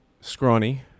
scrawny